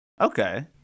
Okay